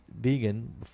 vegan